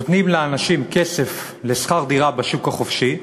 נותנים לאנשים כסף לשכר דירה בשוק החופשי,